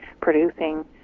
producing